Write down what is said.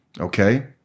okay